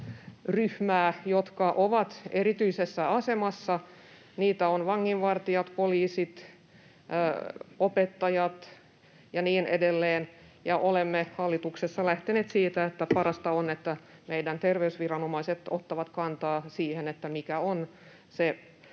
jotka ovat erityisessä asemassa — niitä ovat vanginvartijat, poliisit, opettajat ja niin edelleen — ja olemme hallituksessa lähteneet siitä, että parasta on, että meidän terveysviranomaiset ottavat kantaa siihen, mikä on se